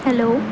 hello